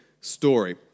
story